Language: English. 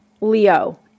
Leo